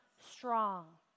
strong